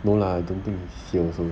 no lah I don't think it's 今年 also